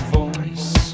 voice